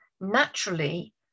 naturally